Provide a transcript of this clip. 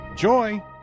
Joy